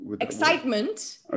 Excitement